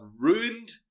ruined